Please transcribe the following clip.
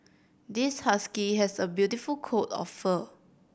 this husky has a beautiful coat of fur